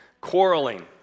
quarreling